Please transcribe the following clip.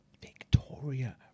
Victoria